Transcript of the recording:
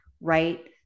Right